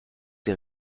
ces